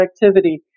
productivity